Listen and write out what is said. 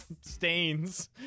Stains